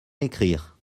écrire